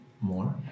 more